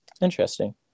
Interesting